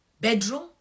bedroom